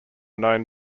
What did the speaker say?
known